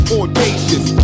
Audacious